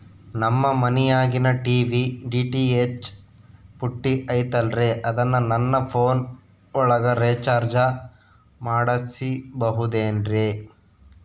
ನಮ್ಮ ಮನಿಯಾಗಿನ TV DTH ಪುಟ್ಟಿ ಐತಲ್ರೇ ಅದನ್ನ ನನ್ನ ಪೋನ್ ಒಳಗ ರೇಚಾರ್ಜ ಮಾಡಸಿಬಹುದೇನ್ರಿ?